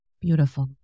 Beautiful